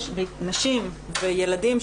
נשים וילדים,